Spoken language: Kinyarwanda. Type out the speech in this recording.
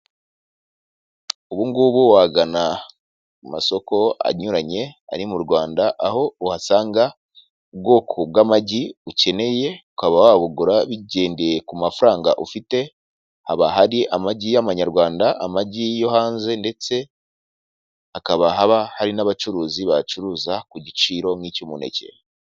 Ubugubu wagana ku masoko anyuranye ari mu Rwanda aho uhasanga ubwoko bw'amagi ukeneye ukaba wabugura bigendeye ku mafaranga ufite, haba hari amagi y'amanyarwanda, amagi yo hanze ndetse hakaba haba hari n'abacuruzi bacuruza ku giciro nk'icy'umuneke.